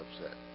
upset